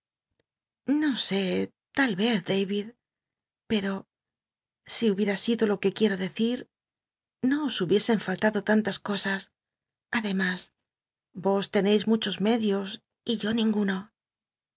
no sé tal vez dar id pm'o si hubiera sido lo que quiero decit no os hubiesen faltado tantas cosas ademas vos l cncis muchos medios y yo ninguno